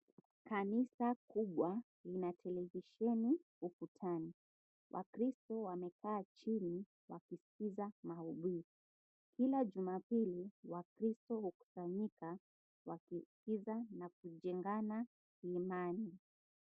Kanisa kubwa ina televisheni ukutani. Wakristo wamekaa chini wakisikiliza maubiri. Kila jumapili wakristo hukusanyika wakiskiza na kujengana imani.